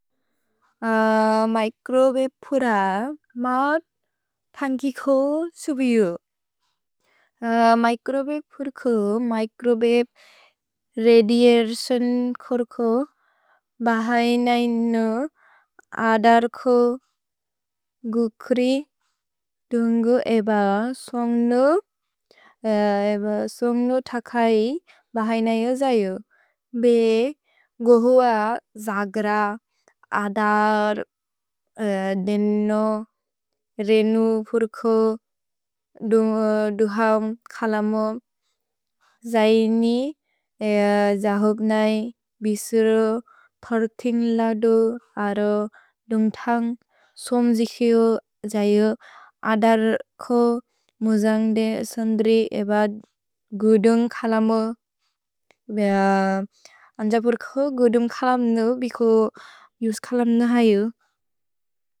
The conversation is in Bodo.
मिच्रोववे पुर मात् थन्गिखो सुबियु। मिच्रोववे पुर मिच्रोववे रदिअतिओन् खुर्को बहय्नैनु अदर्खो गुक्रि, दुन्गु एब सोन्ग्नु, एब सोन्ग्नु थकै बहय्नैनु जयु। भे गुहुव जग्र अदर् देनु रेनु पुर्को दुहम् खलमु। जयिनि जहोग् नै बिस्रो थर्तिन् लदु अरो दुन्ग् थन्ग् सोम्जिखिउ जयु। अदर्खो मुजन्ग्दे सुन्द्रि एब गुदुन्ग् खलमु। अन्जपुर्खो गुदुन्ग् खलम्नु बिको युस् खलम्नु हयु।